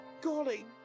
golly